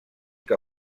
que